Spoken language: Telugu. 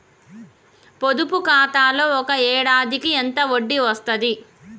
పొదుపు ఖాతాలో ఒక ఏడాదికి ఎంత వడ్డీ వస్తది?